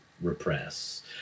repress